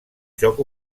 joc